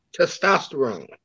testosterone